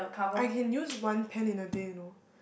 I can use one pen in a day you know